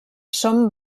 són